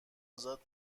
ازاد